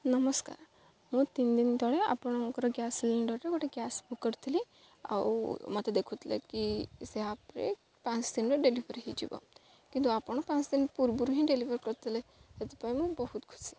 ନମସ୍କାର ମୁଁ ତିନି ଦିନ ତଳେ ଆପଣଙ୍କର ଗ୍ୟାସ୍ ସିଲିଣ୍ଡର୍ରେ ଗୋଟେ ଗ୍ୟାସ୍ ବୁକ୍ କରିଥିଲି ଆଉ ମୋତେ ଦେଖୁଥିଲେ କି ସେ ଆପ୍ରେ ପାଞ୍ଚ ଦିନରେ ଡେଲିଭରି ହେଇଯିବ କିନ୍ତୁ ଆପଣ ପାଞ୍ଚ ଦିନ ପୂର୍ବରୁ ହିଁ ଡେଲିଭରି କରିଥିଲେ ସେଥିପାଇଁ ମୁଁ ବହୁତ ଖୁସି